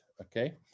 okay